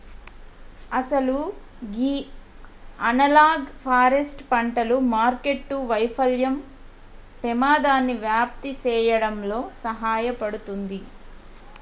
అసలు గీ analog forest పంటలు మార్కెట్టు వైఫల్యం పెమాదాన్ని వ్యాప్తి సేయడంలో సహాయపడుతుంది